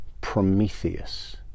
prometheus